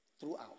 throughout